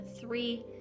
three